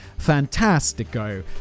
fantastico